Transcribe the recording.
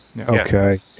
Okay